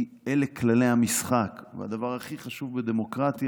כי אלה כללי המשחק, והדבר הכי חשוב בדמוקרטיה,